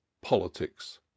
politics